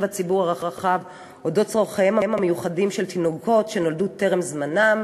הציבור הרחב לצורכיהם המיוחדים של תינוקות שנולדו טרם זמנם